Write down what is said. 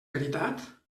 veritat